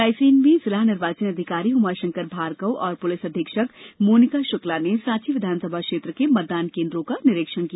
Ryerson में जिला निर्वोचन अधिकारी उमाशंकर भार्गव और पुलिस अधीक्षक मोनिका शुक्ला ने सांची विधानसभा क्षेत्र के मतदान केन्द्रों का निरीक्षण किया